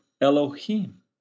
Elohim